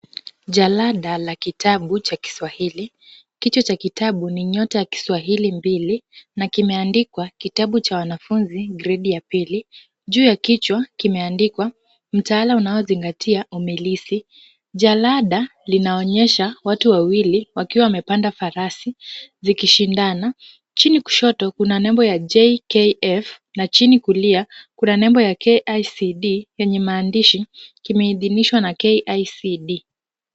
Jalada la kitabu cha Kiswahili. Kichwa cha kitabu ni Nyota ya Kiswahili Mbili, na kimeandikwa, kitabu cha wanafunzi gredi ya pili. Juu ya kichwa kimeandikwa, mtaala unaozingatia umilisi. Jalada linaonyesha watu wawili wakiwa wamepanda farasi zikishindana. Chini kushoto kuna nembo ya JKF na chini kulia kuna nembo ya KICD yenye maandishi, kimeidhinishwa na KICD.